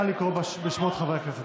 נא לקרוא בשמות חברי הכנסת,